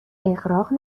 اغراق